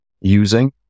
using